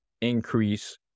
increase